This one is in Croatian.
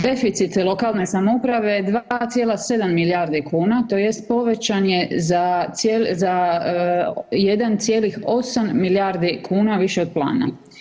Deficit lokalne samouprave je 2,7 milijardi kuna tj. povećan je za 1,8 milijardi kuna više od plana.